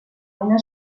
una